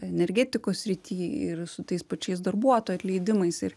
energetikos srity ir su tais pačiais darbuotojų atleidimais ir